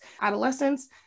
adolescence